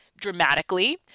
dramatically